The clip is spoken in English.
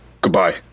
Goodbye